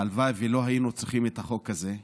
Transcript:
הלוואי שלא היינו צריכים את החוק הזה.